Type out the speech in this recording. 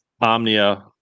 omnia